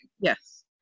Yes